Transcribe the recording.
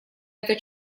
это